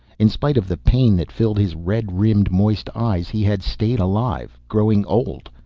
in spite of the pain that filled his red-rimmed, moist eyes, he had stayed alive. growing old,